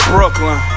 Brooklyn